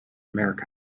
america